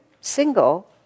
single